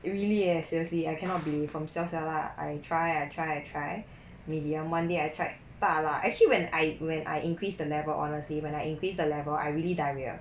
really eh seriously I cannot believe from 小小辣 I try I try I try medium one day I tried 大辣 actually when I when I increase the level honestly when I increase the level I really diarrhoea